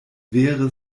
vere